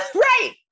Right